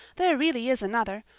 there really is another.